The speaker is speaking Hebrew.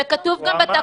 זה גם כתוב בתקנות.